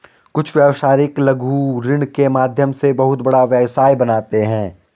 कुछ व्यवसायी लघु ऋण के माध्यम से बहुत बड़ा व्यवसाय बनाते हैं